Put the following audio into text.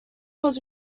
was